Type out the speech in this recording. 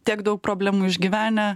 tiek daug problemų išgyvenę